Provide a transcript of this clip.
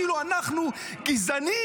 כאילו אנחנו גזענים.